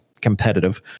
competitive